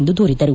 ಎಂದು ದೂರಿದರು